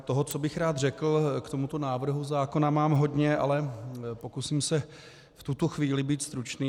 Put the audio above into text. Toho, co bych rád řekl k tomuto návrhu zákona, mám hodně, ale pokusím se v tuto chvíli být stručný.